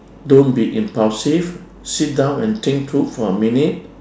don't be impulsive sit down and think through for a minute